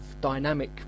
dynamic